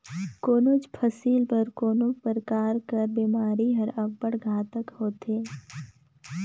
कोनोच फसिल बर कोनो परकार कर बेमारी हर अब्बड़ घातक होथे